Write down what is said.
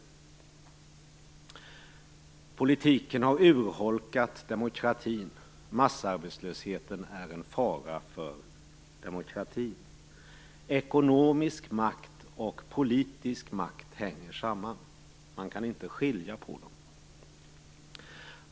Den politiken har urholkat demokratin. Massarbetslösheten är en fara för demokratin. Ekonomisk makt och politisk makt hänger samman; man kan inte skilja på dem.